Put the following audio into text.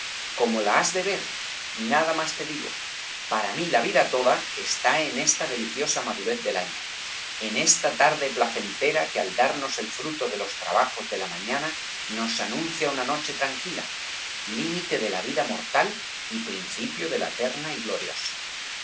como la has de ver nada más te digo para mí la vida toda está eñ esta deliciosa madurez del año en esta tarde placentera que al darnos el fruto de los trabajos de la mañana nos anuncia una noche tranquila límite de la vida mortal y principio de la eterna y gloriosa